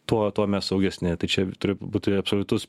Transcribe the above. tuo tuo mes saugesni tai čia turiu būti absoliutus